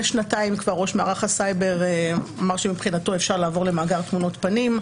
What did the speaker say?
שנתיים כבר ראש מערך הסייבר אמר שמבחינתו אפשר לעבור למאגר תמונות פנים.